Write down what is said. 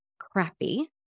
crappy